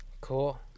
cool